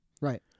Right